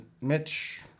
Mitch